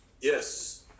yes